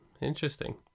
interesting